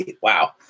Wow